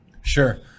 Sure